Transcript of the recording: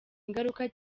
ingaruka